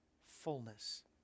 fullness